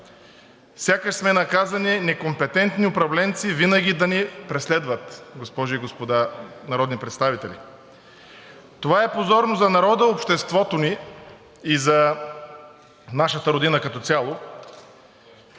Сякаш сме наказани некомпетентни управленци винаги да ни преследват, госпожи и господа народни представители. Това е позорно за народа, обществото ни и за нашата Родина като цяло